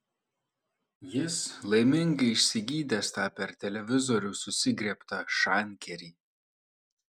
jis laimingai išsigydęs tą per televizorių susigriebtą šankerį